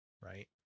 right